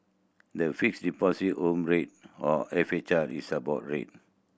the Fixed Deposit Home Rate or F H R is a board rate